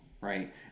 Right